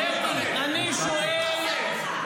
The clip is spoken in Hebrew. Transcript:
קטי, אני שואל שאלות.